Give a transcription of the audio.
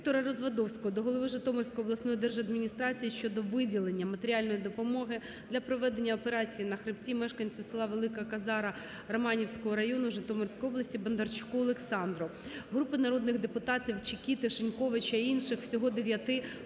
Віктора Развадовського до голови Житомирської обласної держадміністрації щодо виділення матеріальної допомоги для проведення операції на хребті мешканцю села Велика Козара Романівського району, Житомирської області Бондарчуку Олександру. Групи народних депутатів (Чекіти, Шиньковича і інших, всього 9)